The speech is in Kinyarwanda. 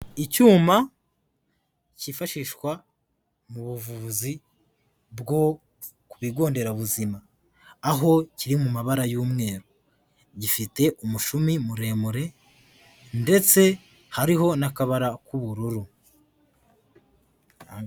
Icyuma cyifashishwa mu buvuzi bwo ku bigo nderabuzima, aho kiri mu mabara y'umweru. Gifite umushumi muremure ndetse hariho n'akabara k'ubururu.